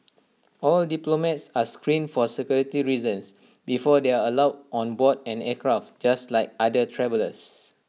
all diplomats are screened for security reasons before they are allowed on board an aircraft just like other travellers